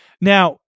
now